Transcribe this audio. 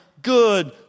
Good